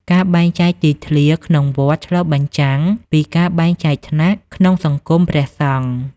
ការបែងចែក ទីធ្លាក្នុងវត្តឆ្លុះបញ្ចាំងពីការបែងចែកថ្នាក់ក្នុងសង្គមព្រះសង្ឃ។